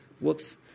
whoops